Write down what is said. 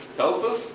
tofu?